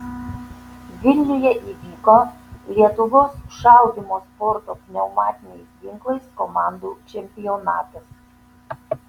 vilniuje įvyko lietuvos šaudymo sporto pneumatiniais ginklais komandų čempionatas